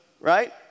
right